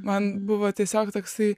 man buvo tiesiog toksai